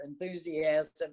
enthusiasm